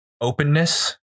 openness